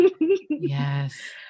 Yes